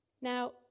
Now